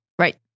Right